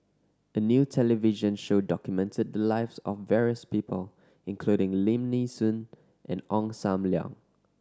a new television show documented the lives of various people including Lim Nee Soon and Ong Sam Leong